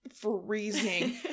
freezing